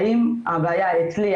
האם הבעיה אצלי,